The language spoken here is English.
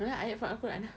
no lah ayat from al-quran ah